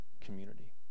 community